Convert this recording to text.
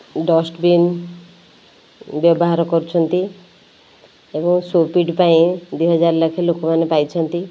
dustbin ବ୍ୟବହାର କରୁଛନ୍ତି ଏବଂ ସୋକପିଟ ପାଇଁ ଦୁଇ ହଜାର ଲେଖାଏଁ ଲୋକମାନେ ପାଇଛନ୍ତି